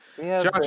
Josh